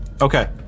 Okay